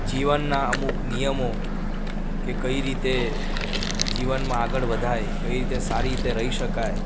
જીવનના અમુક નિયમો કે કઈ રીતે જીવનમાં આગળ વધાય જીવનમાં કઈ રીતે સારી રીતે રહી શકાય